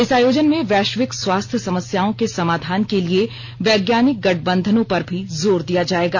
इस आयोजन में वैश्विक स्वास्थ्य समस्याओं के समाधान के लिए वैज्ञानिक गठबंधनों पर भी जोर दिया जाएगा